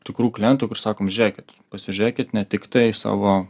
tikrų klientų kur sakom žiūrėkit pasižiūrėkit ne tiktai savo